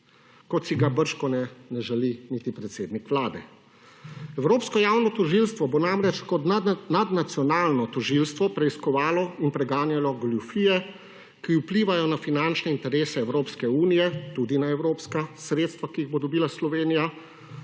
kot si ga bržkone ne želi niti predsednik Vlade. Evropsko javno tožilstvo bo namreč kot nadnacionalno tožilstvo preiskovalo in preganjalo goljufije, ki vplivajo na finančne interese Evropske unije, tudi na evropska sredstva, ki jih bo dobila Slovenija,